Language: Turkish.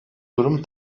durum